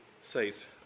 safe